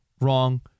wrong